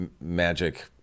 magic